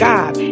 God